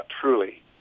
truly